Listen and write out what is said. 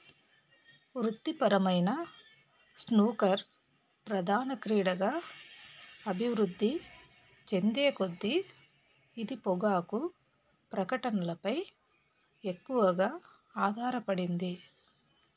వృత్తిపరమైన స్నూకర్ ప్రధాన క్రీడగా అభివృద్ధి చెందే కొద్దీ ఇది పొగాకు ప్రకటనలపై ఎక్కువగా ఆధారపడింది